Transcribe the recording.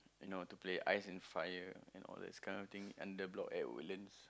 you know to play ice and fire and all these kind of thing under block at Woodlands